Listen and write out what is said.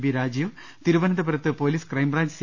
B Rajeev തിരുവനന്തപു രത്ത് police crime branch C